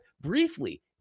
briefly